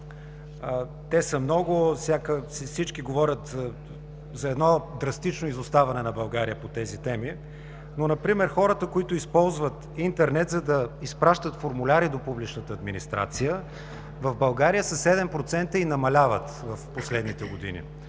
те са много, всички говорят за едно драстично изоставане на България по тези теми. Например хората, които използват интернет, за да изпращат формуляри до публичната администрация в България са 7% и намаляват в последните години.